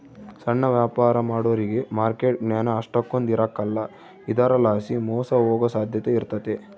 ಸಣ್ಣ ವ್ಯಾಪಾರ ಮಾಡೋರಿಗೆ ಮಾರ್ಕೆಟ್ ಜ್ಞಾನ ಅಷ್ಟಕೊಂದ್ ಇರಕಲ್ಲ ಇದರಲಾಸಿ ಮೋಸ ಹೋಗೋ ಸಾಧ್ಯತೆ ಇರ್ತತೆ